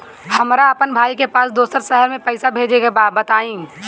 हमरा अपना भाई के पास दोसरा शहर में पइसा भेजे के बा बताई?